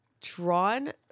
drawn